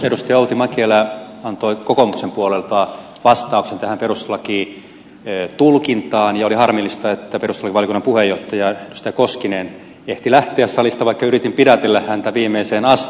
edustaja outi mäkelä antoi kokoomuksen puolelta vastauksen tähän perustuslakitulkintaan ja oli harmillista että perustuslakivaliokunnan puheenjohtaja edustaja koskinen ehti lähteä salista vaikka yritin pidätellä häntä viimeiseen asti